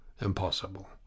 Impossible